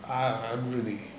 ah I dont really